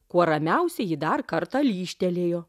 kuo ramiausiai jį dar kartą lyžtelėjo